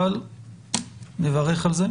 אבל נברך על זה,